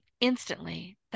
instantly